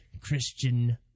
Christian